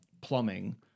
plumbing